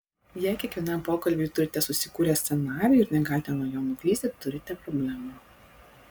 jei kiekvienam pokalbiui turite susikūrę scenarijų ir negalite nuo jo nuklysti turite problemą